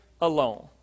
alone